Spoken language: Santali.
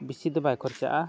ᱵᱮᱥᱤ ᱫᱚ ᱵᱟᱭ ᱠᱷᱚᱨᱪᱟᱜᱼᱟ